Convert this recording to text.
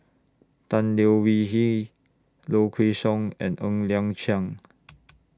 Tan Leo Wee Hin Low Kway Song and Ng Liang Chiang